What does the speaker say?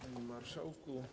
Panie Marszałku!